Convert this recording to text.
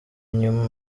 nyuma